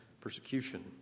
persecution